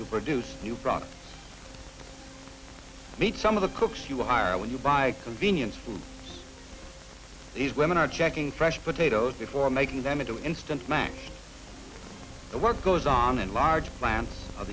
to produce new products meet some of the cooks you are when you buy convenience foods these women are checking fresh potatoes before making them into instant mac the work goes on and large plants o